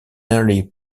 early